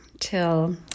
Till